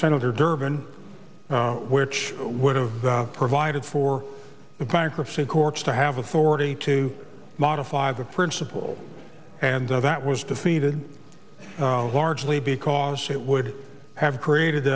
senator durban which would have provided for the bankruptcy courts to have authority to modify the principle and that was defeated largely because it would have created